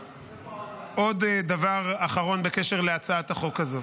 עוד דבר אחרון בקשר להצעת החוק הזאת.